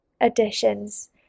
additions